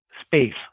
space